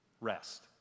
Rest